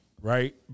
right